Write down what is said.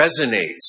resonates